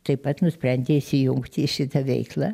taip pat nusprendė įsijungt į šitą veiklą